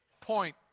point